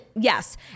Yes